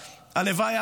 הלוואי,